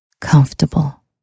comfortable